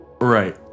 Right